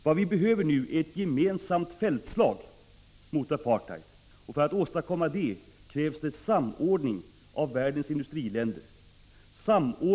Vad vi i dag vill se är ett gemensamt fältslag mot apartheid. För att åstadkomma detta krävs samord ning av världens industriländer.